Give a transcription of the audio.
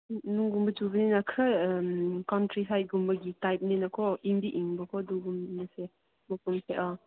ꯅꯣꯡꯒꯨꯝꯕ ꯆꯨꯕꯅꯤꯅ ꯈꯔ ꯀꯪꯗ꯭ꯔꯤ ꯍꯥꯏꯕꯒꯨꯝ ꯃꯈꯣꯏꯒꯤ ꯇꯥꯏꯞꯅꯤꯅꯀꯣ ꯏꯪꯗꯤ ꯏꯪꯕꯀꯣ ꯑꯗꯨꯒꯨꯝꯕꯁꯦ ꯃꯐꯝꯁꯦ ꯑꯥ